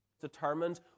determined